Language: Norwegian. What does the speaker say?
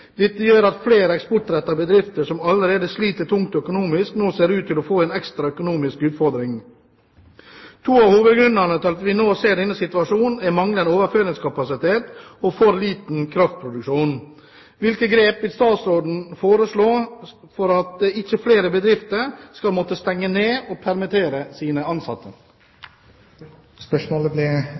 fremtid. Dette gjør at flere eksportrettede bedrifter som allerede sliter tungt økonomisk, nå ser ut til å få en ekstra økonomisk utfordring. To av hovedgrunnene til at vi nå er i denne situasjonen, er manglende overføringskapasitet og for liten kraftproduksjon. Hvilke grep vil statsråden foreslå for at ikke flere bedrifter skal måtte stenge ned og permittere sine